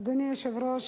אדוני היושב-ראש,